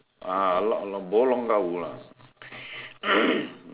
ah bo hokkien ah